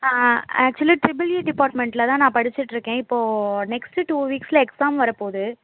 actually triple E டிப்பார்ட்மெண்டில் தான் நான் படிச்சிட்டுருக்கேன் இப்போ நெக்ஸ்ட்டு டூ வீக்ஸில் எக்ஸாம் வரப்போகுது